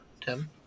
Tim